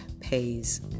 pays